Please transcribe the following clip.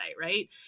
right